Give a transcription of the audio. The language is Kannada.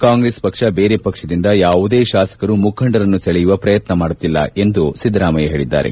ಕಾಂಗ್ರೆಸ್ ಪಕ್ಷ ಬೇರೆ ಪಕ್ಷದಿಂದ ಯಾವುದೇ ಶಾಸಕರು ಮುಖಂಡರನ್ನು ಸೆಳೆಯುವ ಪ್ರಯತ್ನ ಮಾಡುತ್ತಿಲ್ಲ ಎಂದು ಸಿದ್ದರಾಮಯ್ಯ ಹೇಳದ್ದಾರೆ